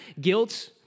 guilt